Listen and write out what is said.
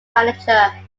manager